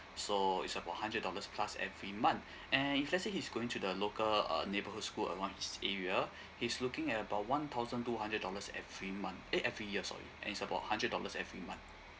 so it's about hundred dollars plus every month and if let's say he's going to the local uh neighborhood school uh one in his area he's looking at about one thousand two hundred dollars every month eh every year sorry and it's about hundred dollars every month